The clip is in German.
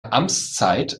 amtszeit